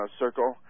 circle